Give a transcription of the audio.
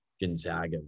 Gonzaga